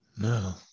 No